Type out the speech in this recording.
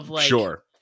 Sure